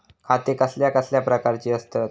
खाते कसल्या कसल्या प्रकारची असतत?